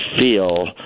feel